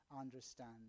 understand